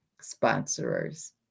sponsors